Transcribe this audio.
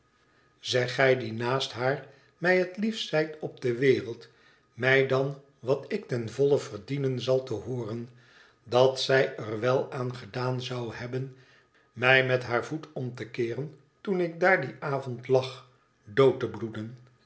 zeg gij die naast haar mij het liefst zijt op de wereld mij dan wat ik ten volle verdienen zal te hooren dat zij er wèl aan gedaan zou hebben mij met haar voet om te keeren toen ik daar dien avond bijna lag dood te bloeden